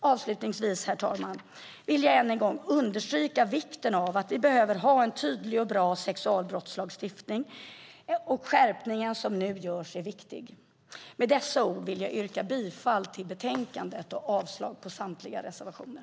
Avslutningsvis, herr talman, vill jag än en gång understryka vikten av att vi behöver ha en tydlig och bra sexualbrottslagstiftning, och skärpningen som nu görs är viktig. Med dessa ord vill jag yrka bifall till förslaget i betänkandet och avslag på samtliga reservationer.